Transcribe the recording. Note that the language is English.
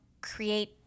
create